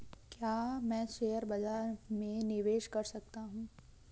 क्या मैं शेयर बाज़ार में निवेश कर सकता हूँ?